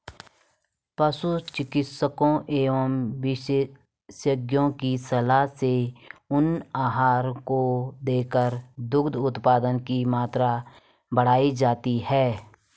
पशु चिकित्सकों एवं विशेषज्ञों की सलाह से उन आहारों को देकर दुग्ध उत्पादन की मात्रा बढ़ाई जाती है